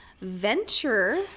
venture